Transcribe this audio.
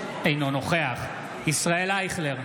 אינו נוכח ישראל אייכלר,